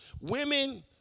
Women